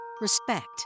respect